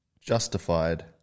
Justified